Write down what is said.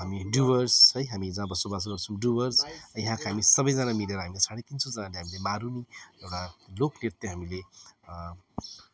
हामी डुवर्स है हामी जहाँ बसोबास गर्छौँ डुवर्स यहाँका हामी सबैजना मिलेर हामीले साढे तिन सौजनाले हामीले मारुनी एउटा लोक नृत्य हामीले